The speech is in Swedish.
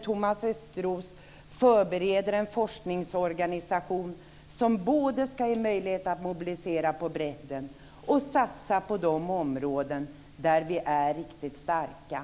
Thomas Östros förbereder nu en forskningsorganisation som ska ge möjlighet att både mobilisera på bredden och satsa på de områden där vi är riktigt starka.